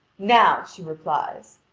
now, she replies,